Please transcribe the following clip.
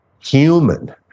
Human